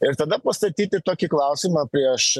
ir tada pastatyti tokį klausimą prieš